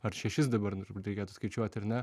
ar šešis dabar nu turbūt reikėtų skaičiuoti ar ne